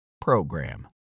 PROGRAM